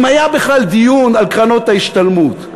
אם היה בכלל דיון על קרנות ההשתלמות.